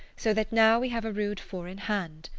so that now we have a rude four-in-hand.